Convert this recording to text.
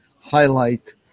highlight